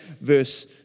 verse